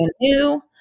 new